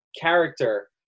character